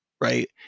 Right